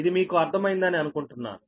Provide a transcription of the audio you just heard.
ఇది మీకు అర్థం అయిందని అనుకుంటున్నాను